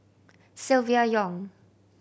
Silvia Yong